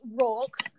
rock